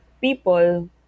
people